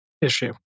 issue